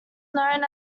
known